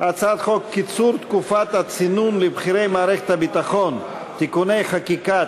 הצעת חוק קיצור תקופת הצינון לבכירי מערכת הביטחון (תיקוני חקיקה),